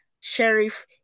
Sheriff